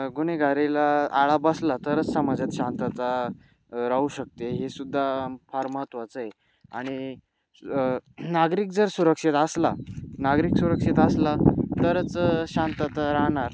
गुन्हेगारीला आळा बसला तरच समाजात शांतता राहू शकते हेसुद्धा फार महत्त्वाचं आहे आणि नागरीक जर सुरक्षित असला नागरीक सुरक्षित असला तरंच शांतता राहणार